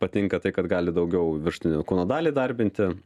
patinka tai kad gali daugiau viršutinę kūno dalį įdarbinti